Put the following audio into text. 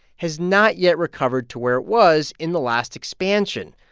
has not yet recovered to where it was in the last expansion,